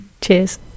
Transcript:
Cheers